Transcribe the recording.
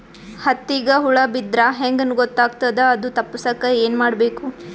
ಹತ್ತಿಗ ಹುಳ ಬಿದ್ದ್ರಾ ಹೆಂಗ್ ಗೊತ್ತಾಗ್ತದ ಅದು ತಪ್ಪಸಕ್ಕ್ ಏನ್ ಮಾಡಬೇಕು?